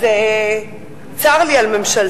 אז צר לי על ממשלתו.